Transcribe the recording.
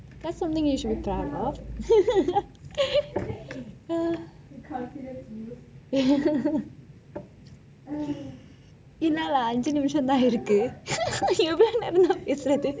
that is something you should try என்ன:enna lah ஐந்து நிமிஷம் தான் இருக் கு:ainthu nimisham thaan irukku எவ்வளவு நேரம் தான் பேசுறது:evvalavu neram thaan pesurathu